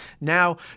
Now